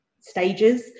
stages